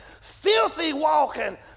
filthy-walking